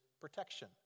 protection